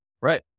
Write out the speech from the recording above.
Right